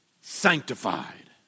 Sanctified